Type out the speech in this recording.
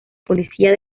policía